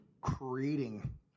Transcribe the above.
creating